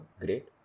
great